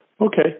Okay